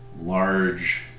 large